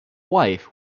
wife